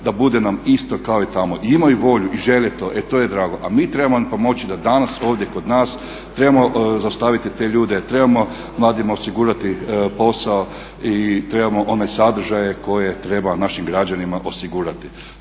nam bude isto kao i tamo i imaju volju i žele to, e to je drago. A mi trebamo pomoći da danas ovdje kod nas trebamo zaustaviti te ljude, trebamo mladima osigurati posao i trebamo one sadržaje koje trebaju našim građanima osigurati.